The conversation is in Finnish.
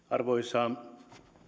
arvoisa